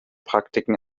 praktiken